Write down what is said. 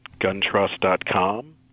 guntrust.com